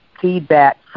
feedback